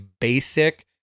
basic